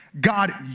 God